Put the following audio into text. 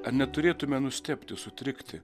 ar neturėtume nustebti sutrikti